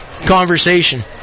conversation